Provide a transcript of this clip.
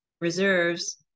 reserves